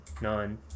none